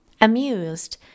Amused